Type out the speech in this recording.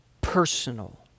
personal